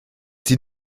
sie